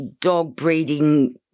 dog-breeding